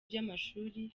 by’amashuri